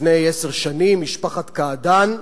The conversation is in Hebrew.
לפני עשר שנים משפחת קעדאן,